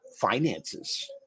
finances